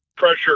pressure